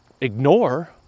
ignore